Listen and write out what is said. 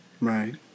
Right